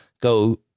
go